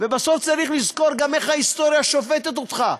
ובסוף צריך לזכור גם איך ההיסטוריה שופטת אותך.